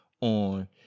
on